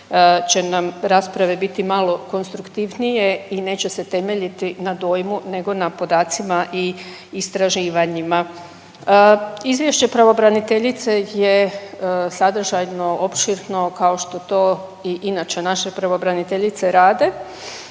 će nam rasprave bit malo konstruktivnije i neće se temeljiti na dojmu nego na podacima i istraživanjima. Izvješće pravobraniteljice je sadržajno, opširno kao što to i inače naše pravobraniteljice rade